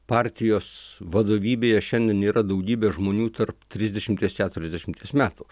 partijos vadovybėje šiandien yra daugybė žmonių tarp trisdešimties keturiasdešimties metų